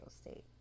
state